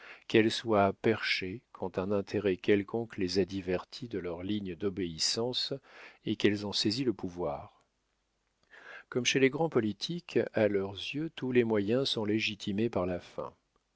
qu'elles soient perchées quand un intérêt quelconque les a diverties de leur ligne d'obéissance et qu'elles ont saisi le pouvoir comme chez les grands politiques à leurs yeux tous les moyens sont légitimés par la fin